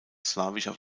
slawischer